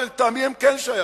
אבל לטעמי הם כן שייכים.